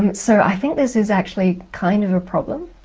um so i think this is actually kind of a problem.